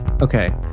okay